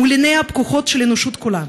מול עיניה הפקוחות של האנושות כולה,